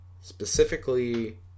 Specifically